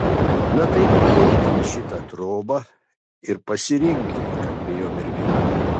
na tai įeiki į šitą triobą ir pasirinki kalbėjo mergina